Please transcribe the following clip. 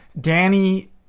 danny